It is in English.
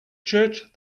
church